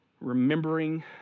remembering